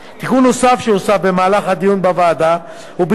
תיקון נוסף שהוסף במהלך הדיון בוועדה הוא ביטול